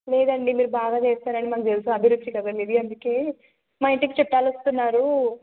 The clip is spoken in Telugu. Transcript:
లేదండి మీరు బాగా చేస్తారని మాకు తెలుసు అభిరుచి కదా మీది అందుకే మా ఇంటికి చుట్టాలు వస్తున్నారు